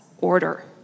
order